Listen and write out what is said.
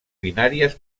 binàries